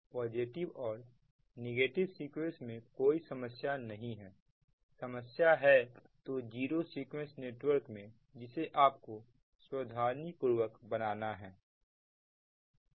positive और negative sequence में कोई समस्या नहीं है समस्या है तो जीरो सीक्वेंस नेटवर्क में जिसे आप को सावधानीपूर्वक बनाना है